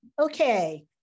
Okay